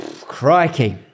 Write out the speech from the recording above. Crikey